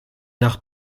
nach